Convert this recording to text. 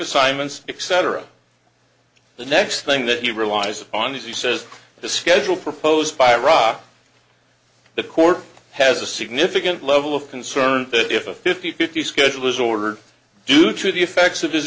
assignments except for the next thing that you relies on as he says the schedule proposed by ra the court has a significant level of concern that if a fifty fifty schedule is ordered due to the effects of his